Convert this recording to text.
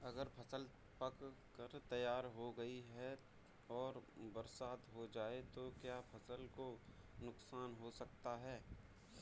अगर फसल पक कर तैयार हो गई है और बरसात हो जाए तो क्या फसल को नुकसान हो सकता है?